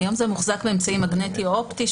היום זה מוחזק באמצעי מגנטי אופטי,